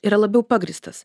yra labiau pagrįstas